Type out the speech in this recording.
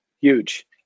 huge